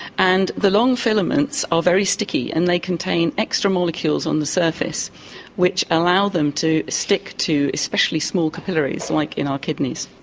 and the long filaments are very sticky and contain extra molecules on the surface which allow them to stick to especially small capillaries, like in our kidneys.